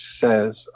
says